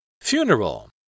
Funeral